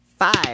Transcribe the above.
Five